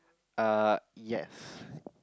uh yes